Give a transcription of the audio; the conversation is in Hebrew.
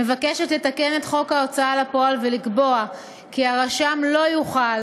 מבקשת לתקן את חוק ההוצאה לפועל ולקבוע כי הרשם לא יוכל